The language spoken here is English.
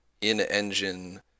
in-engine